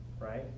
Right